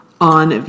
On